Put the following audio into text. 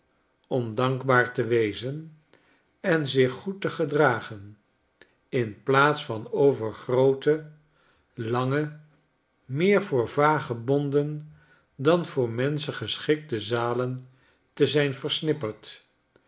om dankbaar te wezen en zich goed te gedragen la plaats van over groote lange meer voor vagebonden dan voor menschen geschikte zalen te zijn versnipperd